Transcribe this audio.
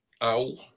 owl